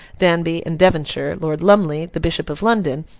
danby, and devonshire, lord lumley, the bishop of london,